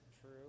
true